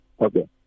Okay